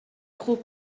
خوب